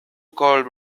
could